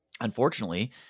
Unfortunately